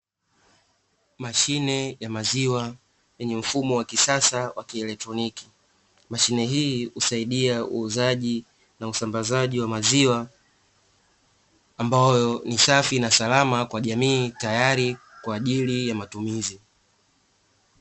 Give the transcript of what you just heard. Mashine ya maziwa yenye mfumo wa kisasa wa kielotroniki, mashine hii husaidia usambazaji na uuzaji wa maziwa ambayo ni safi na salama kwa jamii ambayo tayari kwa ajili ya matumizi.